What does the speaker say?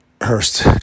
Hurst